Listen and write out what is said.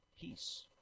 peace